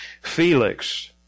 Felix